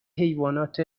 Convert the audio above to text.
حیوانات